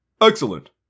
Excellent